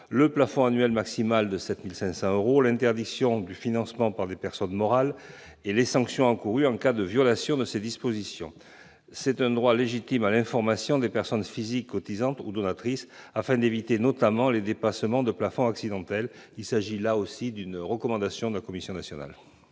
le plafond annuel maximal de 7 500 euros, l'interdiction du financement par les personnes morales et les sanctions encourues en cas de violation de ces dispositions. Il s'agit d'un droit légitime à l'information des personnes physiques cotisantes ou donatrices et permettant notamment d'éviter les dépassements accidentels de plafond. Il s'agit, là aussi, d'une recommandation de la Commission nationale